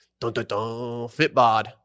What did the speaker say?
FitBod